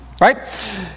right